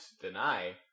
deny